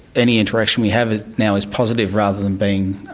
any interaction we have now is positive rather than being